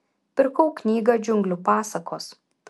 pirkau knygą džiunglių pasakos